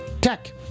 Tech